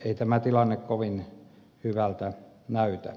ei tämä tilanne kovin hyvältä näytä